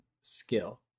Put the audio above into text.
skill